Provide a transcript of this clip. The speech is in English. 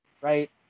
right